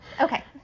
Okay